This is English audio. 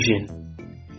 vision